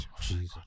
Jesus